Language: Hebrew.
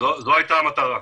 זו הייתה המטרה.